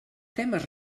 temes